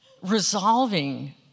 resolving